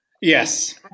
Yes